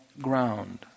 ground